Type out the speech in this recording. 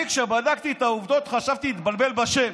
אני, כשבדקתי את העובדות, חשבתי שהוא התבלבל בשם.